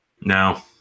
No